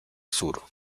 sur